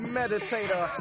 meditator